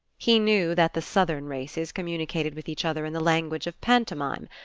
he knew that the southern races communicated with each other in the language of pantomime,